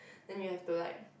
then you have to like